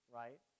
right